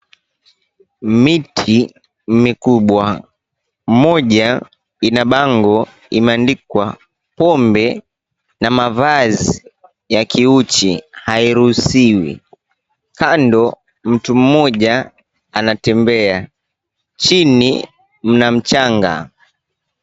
Miti mikubwa, moja ina bango imeandikwa pombe na mavazi ya kiuchi hairuhusiwi kando mtu mmoja anatembea, chini mna mchanga.